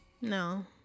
No